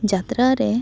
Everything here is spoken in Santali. ᱡᱟᱛᱨᱟ ᱨᱮ